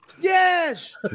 yes